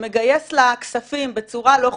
שמגייס לה כספים בצורה לא חוקית.